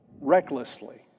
recklessly